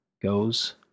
goes